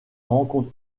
rencontre